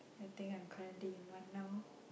I think I'm currently in one now